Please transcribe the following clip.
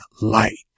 light